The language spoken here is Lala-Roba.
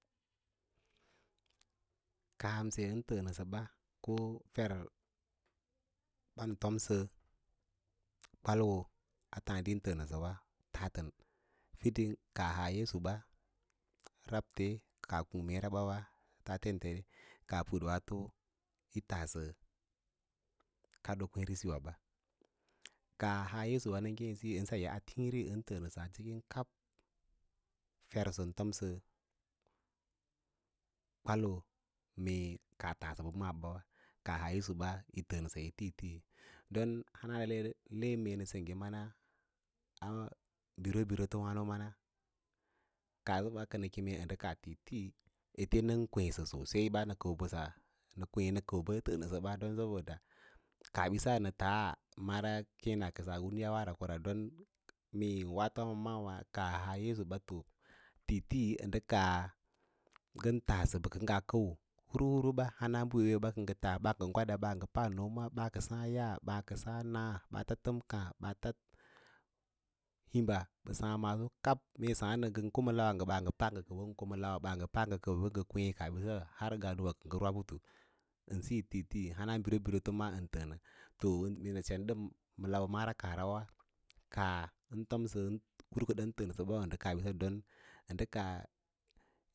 Kaamse ən təə nəsə ba ko fer ɓan tomsə kwaloo a tǎǎdi ən təə nəsə wa tatə. Fiding kaa haa yesu ba rabte kaa kung mee rebawa, taten te kaah putwaato yi taasə kadoo kwěěreei waɓa. Kaah haa yesu nə keẽ siyo ən saya a tiĩri bə yin təə nəsə ba kab fer sən tomisə kwalo mee kaa taasəba maa ɓawa kaa haa yesu ba yi təə nə sayi tiitii don hama mee nə sengge mana binbiri to mans kaasəba kənə keme ndə kas tiitii nnən kwesə sosai nə kəu mbə nə kwe nə kəu ɓən təə sə ɓa don daboda kaasbise nə tadda mara keẽna kəss u mə yawah ko don waatowa mɛɛwa kaah haa yesu ɓe to tiitii ndə kaa ngə taasə bə kə ngaa kəu huvu huvu ba hana mbə wee ɓe kə ngə taa ɓaa ngə gwada baa ngə pa nooma ka saã ya’a baa ke saã na ɓaats təmkaã ɓaatan himba ɓə saã maalo kab, ngən ko ma laws ɓaa ngə pa ngə kəuwə, ngə ko mslawe ɓal pa ngə kəawə ngə kwei kaabisa har ngaa kə ngə roa putu ən siyo tiitii biribirito man təənə, mee nə sen mava kaahra kaan tom hur kadawaba ən təə nəsə wa don də kaa.